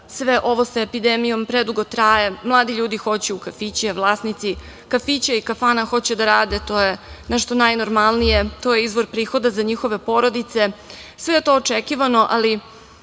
sve ovo sa epidemijom predugo traje. Mladi ljudi hoće u kafiće, vlasnici kafića i kafana hoće da rade, to je nešto najnormalnije, to je izvor prihoda za njihove porodice. Sve je to očekivano, ali